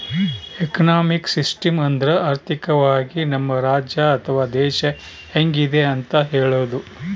economic system ಅಂದ್ರ ಆರ್ಥಿಕವಾಗಿ ನಮ್ ರಾಜ್ಯ ಅಥವಾ ದೇಶ ಹೆಂಗಿದೆ ಅಂತ ಹೇಳೋದು